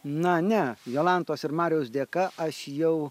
na ne jolantos ir mariaus dėka aš jau